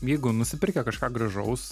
jeigu nusipirkę kažką gražaus